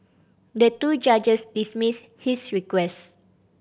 the two judges dismissed his request